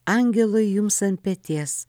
angelui jums ant peties